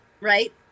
right